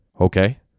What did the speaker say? Okay